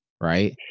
Right